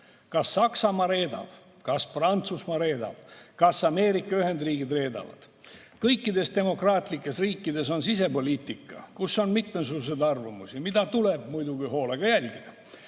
Kas Saksamaa reedab? Kas Prantsusmaa reedab? Kas Ameerika Ühendriigid reedavad? Kõikides demokraatlikes riikides on sisepoliitika, kus on mitmesuguseid arvamusi, mida tuleb muidugi hoolega jälgida.